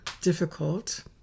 difficult